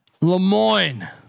Lemoyne